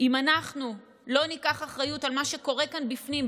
אם אנחנו לא ניקח אחריות על מה שקורה כאן בפנים,